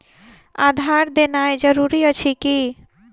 आधार देनाय जरूरी अछि की?